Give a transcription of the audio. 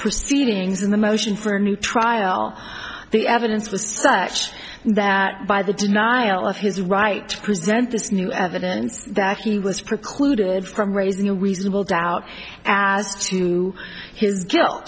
proceedings in the motion for new trial the evidence was set that by the denial of his right to present this new evidence that he was precluded from raising a reasonable doubt as to his guilt